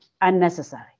unnecessary